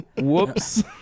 Whoops